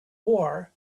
war